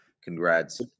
Congrats